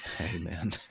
Amen